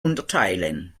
unterteilen